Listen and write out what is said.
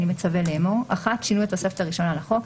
אני מצווה לאמור: שינוי התוספת הראשונה לחוק1.